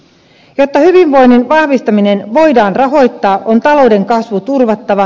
jotta hyvinvoinnin vahvistaminen voidaan rahoittaa on talouden kasvu turvattava